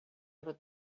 other